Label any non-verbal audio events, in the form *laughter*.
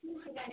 *unintelligible*